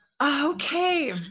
okay